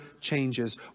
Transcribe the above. changes